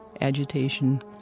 agitation